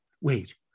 wait